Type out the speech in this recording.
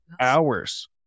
hours